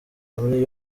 muri